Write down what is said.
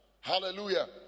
Hallelujah